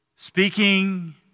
Speaking